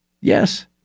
Yes